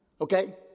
Okay